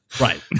Right